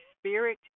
spirit